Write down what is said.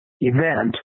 event